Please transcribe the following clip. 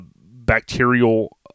bacterial